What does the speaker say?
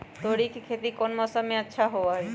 तोड़ी के खेती कौन मौसम में अच्छा होई?